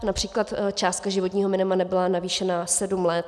Například částka životního minima nebyla navýšena sedm let.